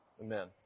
Amen